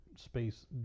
Space